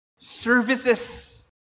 Services